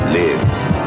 lives